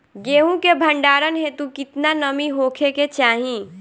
गेहूं के भंडारन हेतू कितना नमी होखे के चाहि?